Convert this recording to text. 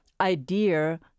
idea